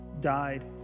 died